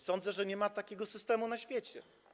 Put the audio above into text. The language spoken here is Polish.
Sądzę, że nie ma takiego systemu na świecie.